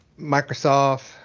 Microsoft